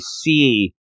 see